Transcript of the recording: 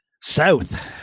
South